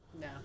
No